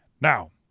Now